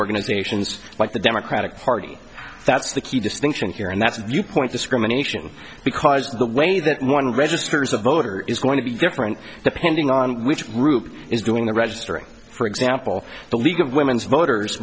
organizations like the democratic party that's the key distinction here and that's viewpoint discrimination because the way that one registers a voter is going to be different depending on which group is doing the registering for example the league of women voters